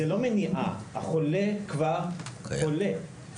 זו לא מניעה, החולה כבר חולה.